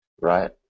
Right